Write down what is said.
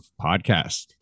podcast